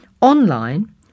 Online